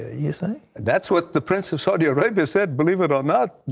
ah yeah that's what the prince of saudi arabia said, believe it or not,